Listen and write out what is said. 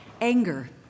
anger